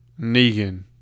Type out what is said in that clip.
Negan